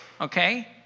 Okay